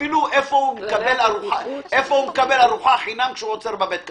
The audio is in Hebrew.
אפילו איפה הוא מקבל ארוחה חינם כשהוא עוצר בבית קפה,